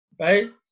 right